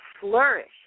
flourish